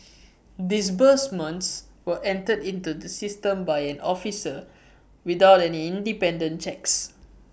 disbursements were entered into the system by an officer without any independent checks